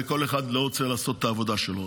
שכל אחד לא רוצה לעשות את העבודה שלו.